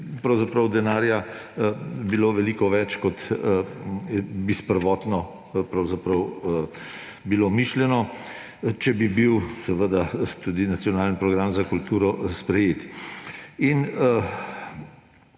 pravzaprav denarja bilo veliko več, kot je bilo prvotno mišljeno, če bi bil seveda tudi nacionalni program za kulturo sprejet.